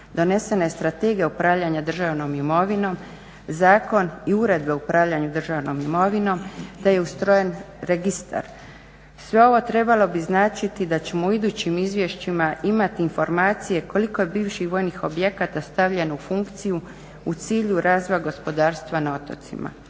Donesena je strategija upravljanja državnom imovinom, Zakon i uredba o upravljanju državnom imovinom te je ustrojen registar. Sve ovo trebalo bi značiti da ćemo u idućim izvješćima imati informacije koliko je bivših vojnih objekata stavljeno u funkciju u cilju razvoja gospodarstva na otocima.